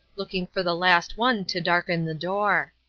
looking for the last one to darken the door.